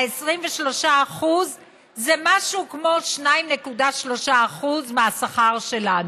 ה-23% זה משהו כמו 2.3% מהשכר שלנו.